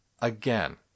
again